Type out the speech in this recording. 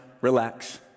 relax